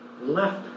left